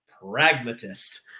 pragmatist